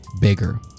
bigger